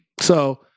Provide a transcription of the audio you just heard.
So-